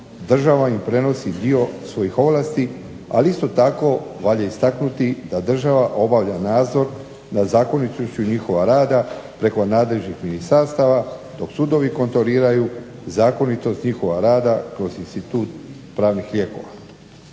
država im prenosi dio svojih ovlasti ali isto tako valja istaknuti da država obavlja nadzor nad zakonitošću njihova rada preko nadležnih ministarstava dok sudovi kontroliraju zakonitost njihova rada kroz institut pravnih lijekova.